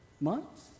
months